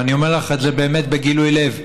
ואני אומר לך את זה באמת בגילוי לב.